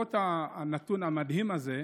למרות הנתון המדהים הזה,